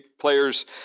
players